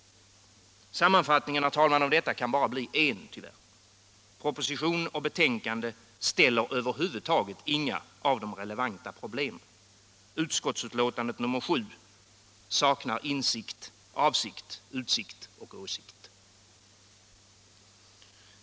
Sammanfattningen av detta, herr talman, kan bara bli en, tyvärr. Proposition och betänkande för över huvud taget inte fram några av de relevanta problemen. Arbetsmarknadsutskottets betänkande nr 7 saknar insikt, avsikt, utsikt och åsikt.